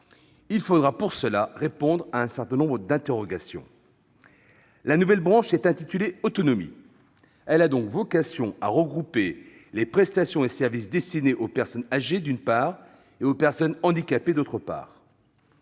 Il faudra pour cela répondre à un certain nombre d'interrogations. La nouvelle branche, intitulée « autonomie », a donc vocation à regrouper les prestations et services destinés aux personnes âgées et aux personnes handicapées. D'après